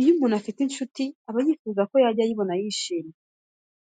Iyo umuntu afite inshuti aba yifuza ko yajya ayibona yishimye,